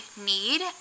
need